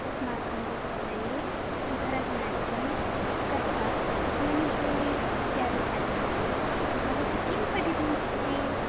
अस्माकं विद्यालये भरतनाट्यं कथक् मणिपुरी इत्यादि पाठ्यते भवती किं पठितुमिच्छति